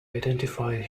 identify